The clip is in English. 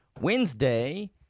Wednesday